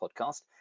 podcast